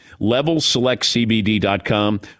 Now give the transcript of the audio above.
LevelSelectCBD.com